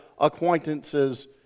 acquaintances